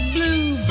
Blue